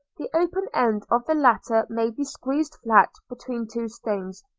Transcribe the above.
the open end of the latter may be squeezed flat between two stones,